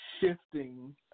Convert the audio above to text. shifting